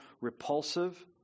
repulsive